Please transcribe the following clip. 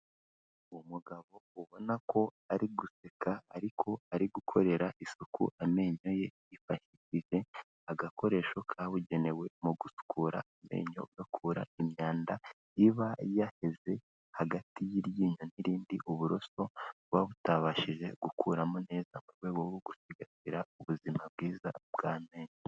Uwo mugabo ubona ko ari guseka ariko ari gukorera isuku amenyo ye, yifahishije agakoresho kabugenewe mu gusukura amenyo, gakura imyanda iba yaheze hagati y'iryinyo n'irindi, uburosoba buba butabashije gukuramo neza, mu rwego rwo gusigasira ubuzima bwiza bw'amenyo.